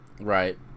Right